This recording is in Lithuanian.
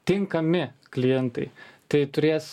tinkami klientai tai turės